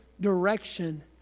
direction